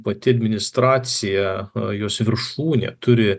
pati administracija jos viršūnė turi